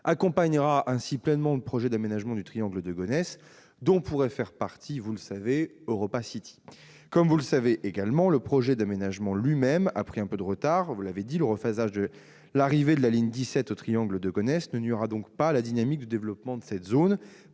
accompagnera ainsi pleinement le projet d'aménagement du triangle de Gonesse, dont pourrait faire partie Europa City. Comme vous l'avez rappelé, le projet d'aménagement lui-même a pris un peu de retard. Le rephasage de l'arrivée de la ligne 17 au triangle de Gonesse ne nuira donc pas à la dynamique de développement de cette zone.